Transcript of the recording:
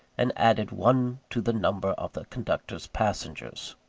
and added one to the number of the conductor's passengers.